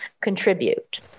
contribute